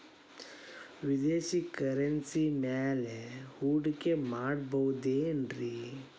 ವಿದೇಶಿ ಕರೆನ್ಸಿ ಮ್ಯಾಲೆ ಹೂಡಿಕೆ ಮಾಡಬಹುದೇನ್ರಿ?